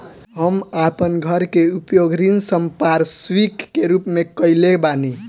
हम आपन घर के उपयोग ऋण संपार्श्विक के रूप में कइले बानी